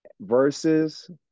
versus